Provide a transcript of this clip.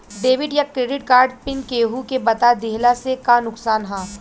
Debit या credit card PIN केहूके बता दिहला से का नुकसान ह?